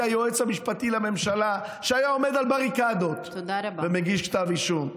היועץ המשפטי לממשלה היה זה שהיה עומד על בריקדות ומגיש כתב אישום.